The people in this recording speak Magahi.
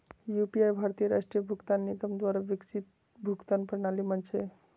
यू.पी.आई भारतीय राष्ट्रीय भुगतान निगम द्वारा विकसित भुगतान प्रणाली मंच हइ